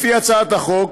לפי הצעת החוק,